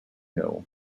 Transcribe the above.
hill